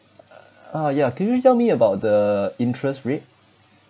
uh ah ya can you tell me about the interest rate